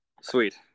Sweet